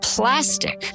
plastic